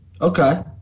Okay